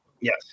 yes